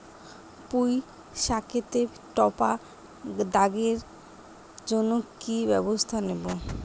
পুই শাকেতে টপা দাগের জন্য কি ব্যবস্থা নেব?